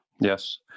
Yes